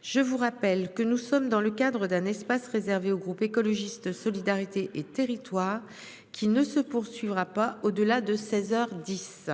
Je vous rappelle que nous sommes dans le cadre d'un espace réservé au groupe écologiste solidarité et territoires qui ne se poursuivra pas au-delà de 16h 10.